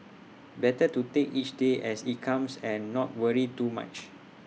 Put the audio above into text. better to take each day as IT comes and not worry too much